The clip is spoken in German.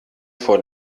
vor